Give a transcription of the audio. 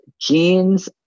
jeans